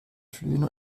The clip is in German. flöhen